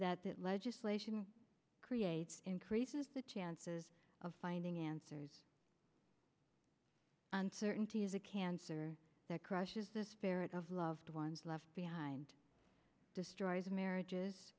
that that legislation creates increases the chances of finding answers uncertainty is a cancer that crushes this ferret of loved ones left behind destroys marriages